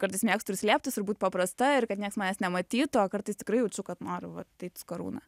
kartais mėgstu ir slėptis ir būt paprasta ir kad nieks manęs nematytų o kartais tikrai jaučiu kad noriu va taip su karūna